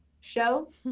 show